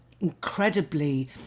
incredibly